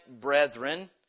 brethren